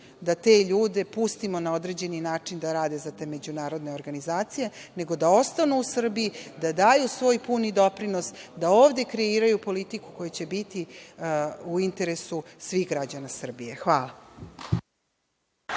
da te ljude pustimo na određeni način da rade za te međunarodne organizacije, nego da ostanu u Srbiji, da daju svoj pun doprinos, da ovde kreiraju politiku koja će biti u interesu svih građana Srbije. Hvala.